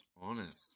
honest